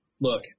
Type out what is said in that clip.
look